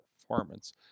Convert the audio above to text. performance